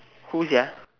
who sia